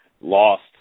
Lost